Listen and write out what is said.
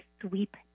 sweep